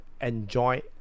enjoy